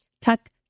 tuck